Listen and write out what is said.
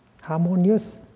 harmonious